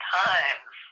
times